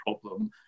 problem